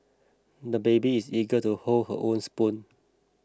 the baby is eager to hold his own spoon